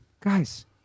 guys